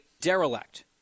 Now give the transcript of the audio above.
derelict